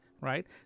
Right